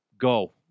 Go